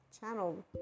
channel